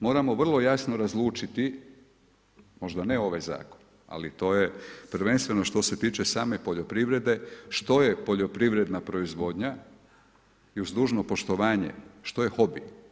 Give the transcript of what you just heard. Moramo vrlo jasno razlučiti, možda ne ovaj zakon, ali to je prvenstveno što se tiče same poljoprivrede, što je poljoprivreda proizvodnja i uz dužno poštovanje, što je hobi.